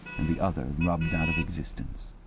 and the other rubbed out of existence.